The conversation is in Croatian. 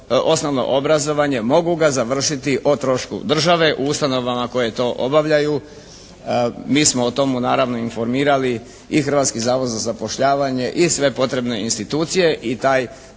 osnovno obrazovanje mogu ga završiti o trošku države u ustanovama koje to obavljaju. Mi smo o tome naravno informirali i Hrvatski zavod za zapošljavanje i sve potrebne institucije i taj